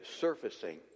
surfacing